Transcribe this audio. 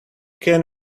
can